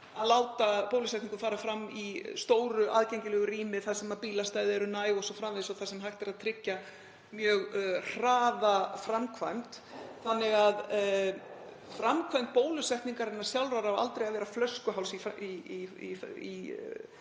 að láta bólusetningu fara fram í stóru, aðgengilegu rými þar sem bílastæði eru næg o.s.frv. og þar sem hægt er að tryggja mjög hraða framkvæmd. Framkvæmd bólusetningarinnar sjálfrar á því aldrei að vera flöskuháls í